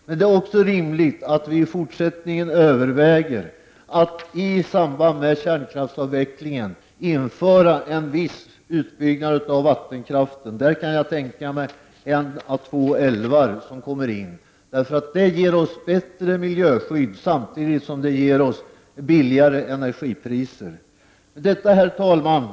Men det är också rimligt att vi i fortsättningen överväger att i samband med kärnkraftsavvecklingen göra en viss utbyggnad av vattenkraften — jag kan tänka mig en å två älvar. Det ger oss bättre miljöskydd samtidigt som det ger oss lägre energipriser. Herr talman!